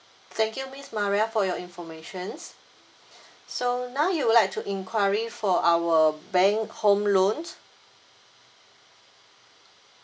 thank you miss maria for your information so now you would like to inquiry for our bank home loan